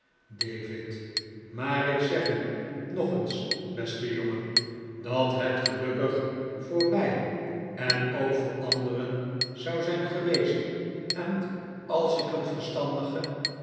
david maar ik zeg u nog eens beste jongen dat het gelukkig voor mij en ook voor anderen zou zijn geweest als ik een verstandigen